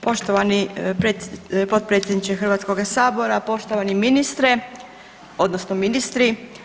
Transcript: Poštovani potpredsjedniče Hrvatskoga sabora, poštovani ministre odnosno ministri.